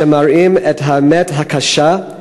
שמראים את האמת הקשה,